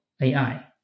AI